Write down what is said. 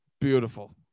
Beautiful